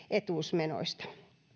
etuusmenoista